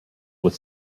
with